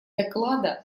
доклада